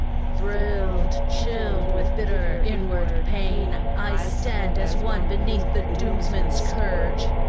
thrilled, chilled with bitter inward pain i stand as one beneath the doomsman's scourge.